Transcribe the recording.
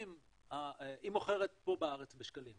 היא מוכרת פה בארץ בשקלים,